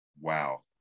Wow